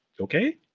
okay